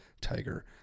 Tiger